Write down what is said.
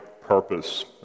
purpose